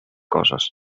coses